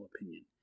opinion